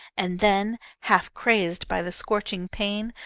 and then, half-crazed by the scorching pain,